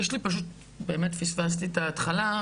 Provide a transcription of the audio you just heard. פספסתי את ההתחלה,